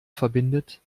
verbindet